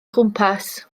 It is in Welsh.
chwmpas